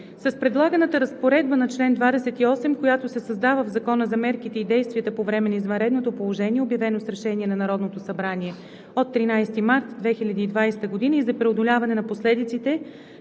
С предлаганата разпоредба на чл. 28, която се създава в Закона за мерките и действията по време на извънредното положение, обявено с решение на Народното събрание от 13 март 2020 г., и за преодоляване на последиците,